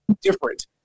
different